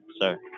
sir